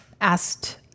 asked